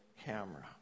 camera